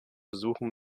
besuchen